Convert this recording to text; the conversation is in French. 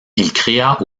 créa